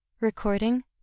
Recording